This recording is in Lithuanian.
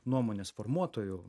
nuomonės formuotojų